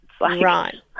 Right